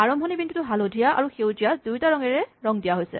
আৰম্ভণি বিন্দুটো হালধীয়া আৰু সেউজীয়া দুয়োটা ৰঙেৰে ৰং দিয়া হৈছে